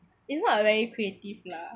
it's not a very creative lah